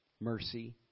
mercy